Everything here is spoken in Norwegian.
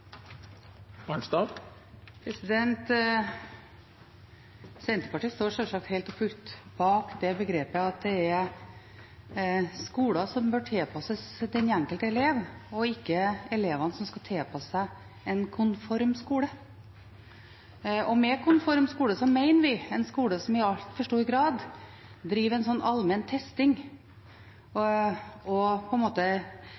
som bør tilpasses den enkelte elev, og ikke elevene som skal tilpasse seg en konform skole. Med konform skole mener vi en skole som i altfor stor grad driver allmenn testing og testing av barn når det gjelder både resultat og